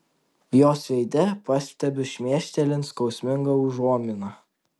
jos veide pastebiu šmėstelint skausmingą užuominą